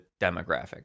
demographic